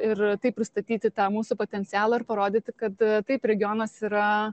ir taip pristatyti tą mūsų potencialą ir parodyti kad taip regionas yra